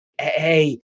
hey